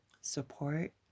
Support